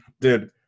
dude